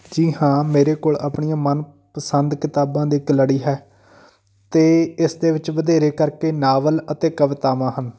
ਜੀ ਹਾਂ ਮੇਰੇ ਕੋਲ ਆਪਣੀਆਂ ਮਨ ਪਸੰਦ ਕਿਤਾਬਾਂ ਦੀ ਇੱਕ ਲੜੀ ਹੈ ਅਤੇ ਇਸ ਦੇ ਵਿੱਚ ਵਧੇਰੇ ਕਰਕੇ ਨਾਵਲ ਅਤੇ ਕਵਿਤਾਵਾਂ ਹਨ